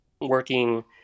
working